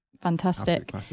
fantastic